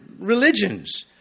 religions